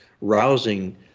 rousing